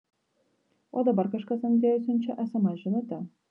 o dabar kažkas andrejui siunčia sms žinutę